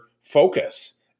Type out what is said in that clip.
focus